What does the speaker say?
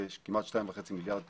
כמעט שניים וחצי מיליארד שקל,